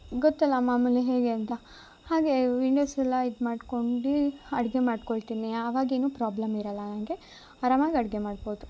ಗೊತ್ತಲ್ಲ ಮಾಮೂಲಿ ಹೇಗೆ ಅಂತ ಹಾಗೇ ವಿಂಡೋಸ್ ಎಲ್ಲ ಇದ್ ಮಾಡ್ಕೊಂಡು ಅಡ್ಗೆ ಮಾಡಿಕೊಳ್ತಿನಿ ಅವಾಗೇನು ಪ್ರಾಬ್ಲಮ್ ಇರೊಲ್ಲ ನಂಗೆ ಆರಾಮಾಗಿ ಅಡುಗೆ ಮಾಡ್ಬೌದು